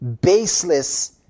baseless